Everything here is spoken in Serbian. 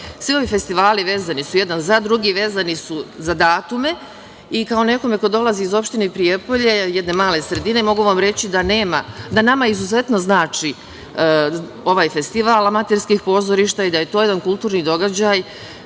Svi ovi festivali vezani su jedan za drugi, vezani su za datume i kao nekome ko dolazi iz opštine Prijepolje, jedne male sredine, mogu vam reći da nama izuzetno znači ovaj festival amaterskih pozorišta i da je to jedan kulturni događaj